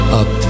up